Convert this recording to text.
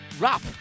Wrap